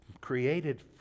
created